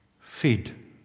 Feed